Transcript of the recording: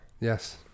Yes